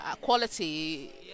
quality